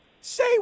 Say